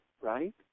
right